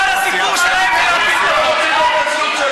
כל הסיפור שלהם זה, הוא רוצה להתנצל,